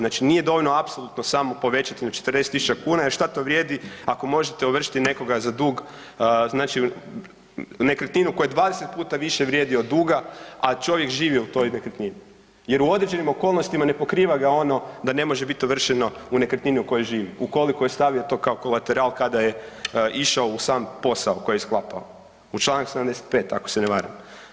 Znači, nije dovoljno apsolutno samo povećati na 40.000 kuna jer šta to vrijedi ako možete ovršiti nekoga za dug, znači nekretninu koja 20 puta više vrijedi od duga, a čovjek živi u toj nekretnini jer u određenim okolnostima ne pokriva ga ono da ne može bit ovršeno u nekretnini u kojoj živi ukoliko je stavio to kao koleteral kada je išao u sam posao koji je sklapao, u čl. 75. ako se ne varam.